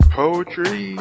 poetry